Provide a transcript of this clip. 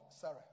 Sarah